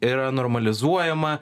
yra normalizuojama